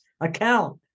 account